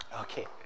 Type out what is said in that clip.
Okay